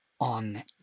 on